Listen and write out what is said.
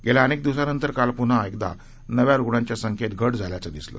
गेल्या अनेक दिवसांनंतर काल पुन्हा एकदा नव्या रुग्णांच्या संख्येत घट झाल्याचं दिसलं